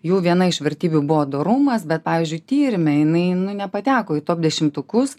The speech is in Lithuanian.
jų viena iš vertybių buvo dorumas bet pavyzdžiui tyrime jinai nu nepateko į top dešimtukus